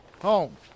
Home